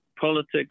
politics